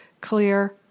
Clear